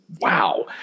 Wow